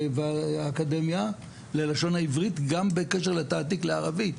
האקדמיה ללשון העברית גם בקשר לתעתיק לערבית,